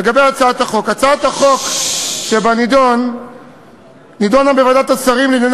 הצעת החוק שבנדון נדונה בוועדת השרים לענייני